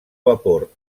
vapor